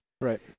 Right